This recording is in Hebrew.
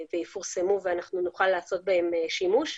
ויפורסמו ואנחנו נוכל לעשות בהן שימוש.